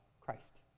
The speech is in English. Christ